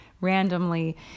randomly